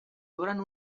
obren